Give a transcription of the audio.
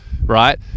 Right